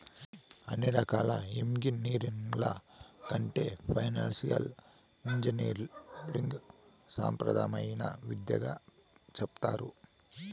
అన్ని రకాల ఎంగినీరింగ్ల కంటే ఫైనాన్సియల్ ఇంజనీరింగ్ సాంప్రదాయమైన విద్యగా సెప్తారు